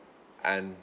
and